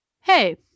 Hey